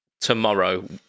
tomorrow